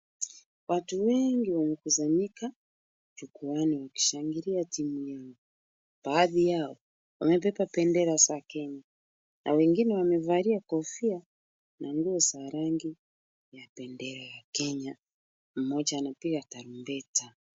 Watu wengi wamekusanyika jukwaani wakishangilia timu yao. Baadhi yao wamebeba bendera za Kenya na wengine wamevalia kofia na nguo za rangi ya bendera ya Kenya mmoja anapiga tarumbeta.